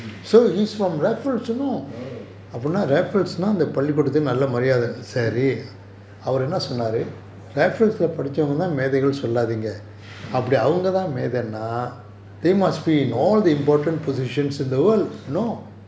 oh